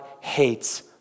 hates